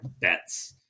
bets